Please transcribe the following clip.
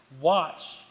watch